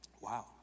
Wow